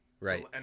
Right